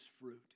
fruit